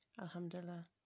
Alhamdulillah